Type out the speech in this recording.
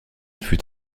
fut